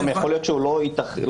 שהוא יכול לשלוח.